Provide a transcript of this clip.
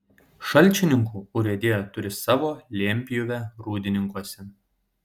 šalčininkų urėdija turi savo lentpjūvę rūdininkuose